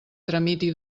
tramiti